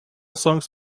songs